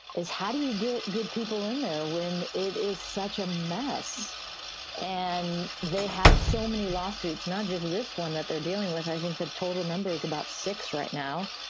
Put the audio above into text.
is how do you get good people in there when it is such a mess and they have so many lawsuits, not just and this one that they're dealing with. i think the total number is about six right now.